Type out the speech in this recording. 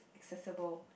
accessible